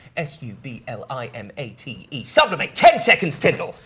s u b l i m a t e. sublimate! ten seconds, tindall!